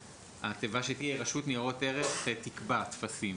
התיבה שתהיה היא רשות ניירות ערך תקבע טפסים,